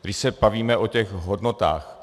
Když se bavíme o těch hodnotách.